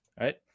Right